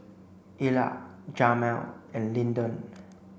Ila Jamel and Lyndon